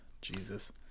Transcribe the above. Jesus